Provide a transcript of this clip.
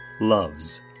loves